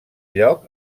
lloc